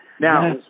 Now